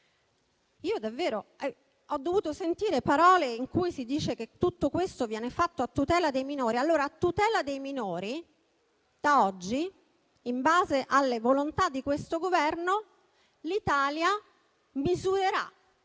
di più. Ho dovuto sentire parole secondo le quali tutto questo viene fatto a tutela dei minori. Allora, a tutela dei minori, da oggi, in base alle volontà di questo Governo, l'Italia misurerà,